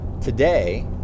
today